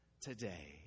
today